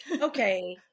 okay